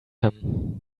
him